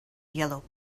yellow